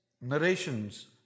narrations